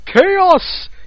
Chaos